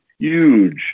Huge